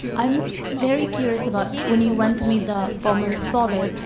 i'm very curious about when you went to meet the bomber's father,